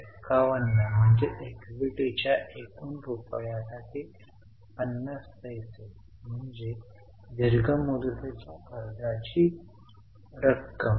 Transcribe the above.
51 म्हणजे इक्विटीच्या एका रुपयासाठी 50 पैसे म्हणजे दीर्घ मुदतीच्या कर्जाची रक्कम